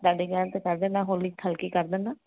ਤੁਹਾਡੇ ਕਹਿਣ 'ਤੇ ਕਰ ਦਿੰਦਾ ਹੌਲੀ ਹਲਕੀ ਕਰ ਦਿੰਦਾ